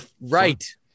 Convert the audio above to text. Right